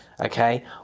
okay